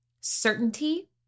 certainty